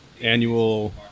annual